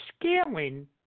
scaling